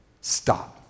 stop